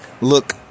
look